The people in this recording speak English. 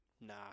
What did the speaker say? nah